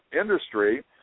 industry